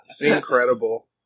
Incredible